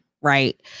right